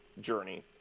journey